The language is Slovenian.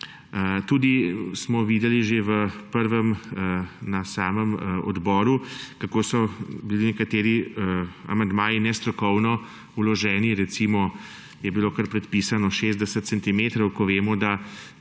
z opremo. Videli smo že na samem odboru, kako so bili nekateri amandmaji nestrokovno vloženi. Recimo je bilo kar predpisano 60 centimetrov, ko vemo, da